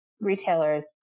Retailers